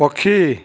ପକ୍ଷୀ